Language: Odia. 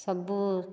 ସବୁ